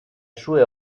sue